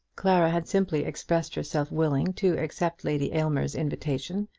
clara had simply expressed herself willing to accept lady aylmer's invitation,